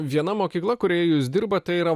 viena mokykla kurioje jūs dirbate tai yra